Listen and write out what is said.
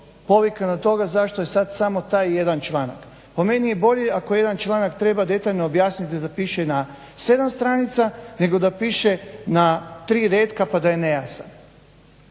povika na toga zašto je sad samo taj jedan članak. Po meni je bolje ako jedan članak treba detaljno objasniti da piše na sedam stranica nego da piše na tri retka pa da je nejasan.